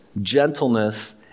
gentleness